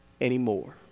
anymore